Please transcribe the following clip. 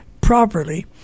properly